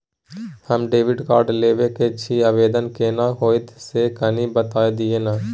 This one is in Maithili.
हम डेबिट कार्ड लेब के छि, आवेदन केना होतै से कनी बता दिय न?